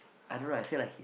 I don't know I feel like it